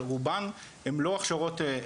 אבל רובן הן לא הכשרות,